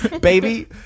baby